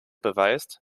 beweist